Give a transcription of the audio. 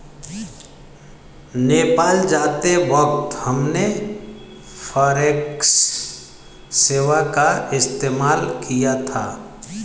नेपाल जाते वक्त हमने फॉरेक्स सेवा का इस्तेमाल किया था